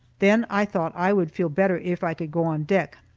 then i thought i would feel better if i could go on deck.